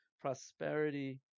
prosperity